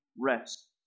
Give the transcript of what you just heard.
rest